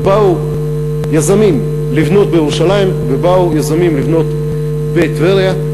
ובאו יזמים לבנות בירושלים ובאו יזמים לבנות בטבריה.